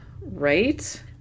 right